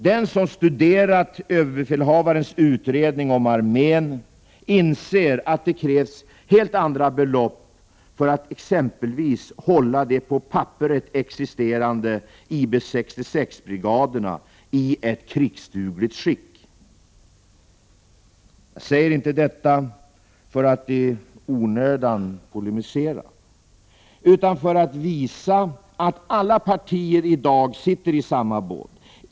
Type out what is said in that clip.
Den som studerat överbefälhavarens utredning om armén inser att det krävs helt andra belopp för att exempelvis hålla de på papperet existerande IB 66-brigaderna i ett krigsdugligt skick. Jag säger inte detta för att i onödan polemisera utan för att visa att alla partier i dag sitter i samma båt.